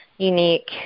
unique